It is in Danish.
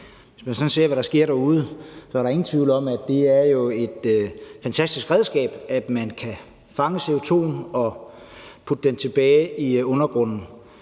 hvis man sådan ser, hvad der sker derude, er der ingen tvivl om, at det jo er et fantastisk redskab at have, hvis man kan fange CO2'en og putte den tilbage i undergrunden.